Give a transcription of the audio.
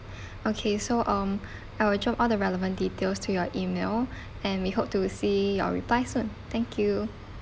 okay so um I will drop all the relevant details to your email and we hope to see your reply soon thank you